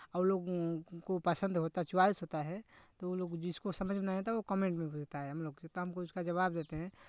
और लोग को पसंद होता चॉइस होता है तो वो लोग जिसको समझ में नहीं आता वो कमेन्ट में पूछता है हम लोग से तो हमको उसका जवाब देते हैं